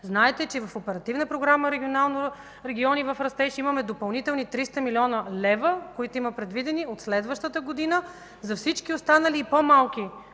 програма „Региони в растеж” имаме допълнителни 300 млн. лв., които има предвидени от следващата година за всички останали и по-малки